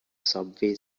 subway